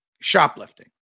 shoplifting